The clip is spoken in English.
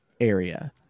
area